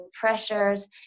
pressures